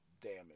damage